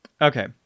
Okay